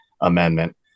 amendment